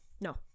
No